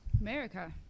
America